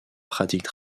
pratique